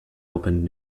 opened